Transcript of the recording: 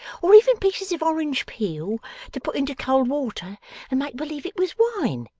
or even pieces of orange peel to put into cold water and make believe it was wine.